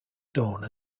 stone